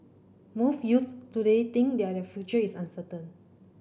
most youths today think their future is uncertain